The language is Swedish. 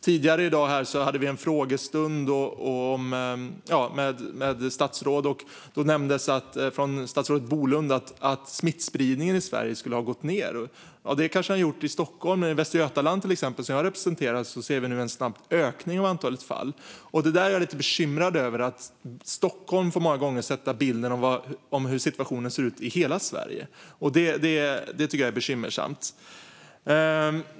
Tidigare i dag hade vi en frågestund med statsråd, och då nämnde statsrådet Bolund att smittspridningen i Sverige har gått ned. I Stockholm har den kanske det, men till exempel i Västra Götaland, som jag representerar, ser vi nu en snabb ökning av antalet fall. Det bekymrar mig lite att Stockholm många gånger får bildsätta hur det ser ut i hela Sverige.